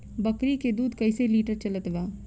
बकरी के दूध कइसे लिटर चलत बा?